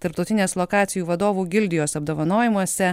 tarptautinės lokacijų vadovų gildijos apdovanojimuose